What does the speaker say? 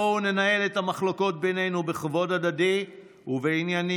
בואו ננהל את המחלוקות בינינו בכבוד הדדי ובענייניות.